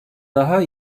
daha